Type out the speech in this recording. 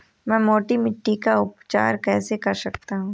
मैं मोटी मिट्टी का उपचार कैसे कर सकता हूँ?